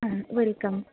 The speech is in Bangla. হ্যাঁ ওয়েলকাম